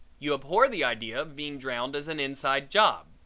you abhor the idea of being drowned as an inside job.